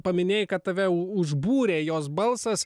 paminėjai kad tave u užbūrė jos balsas